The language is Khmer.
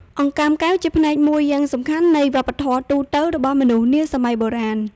អង្កាំកែវជាផ្នែកមួយយ៉ាងសំខាន់នៃវប្បធម៌ទូទៅរបស់មនុស្សនាសម័យបុរាណ។